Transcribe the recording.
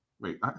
Wait